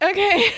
Okay